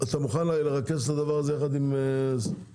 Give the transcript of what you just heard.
אתה מוכן לרכז את זה יחד עם סימון?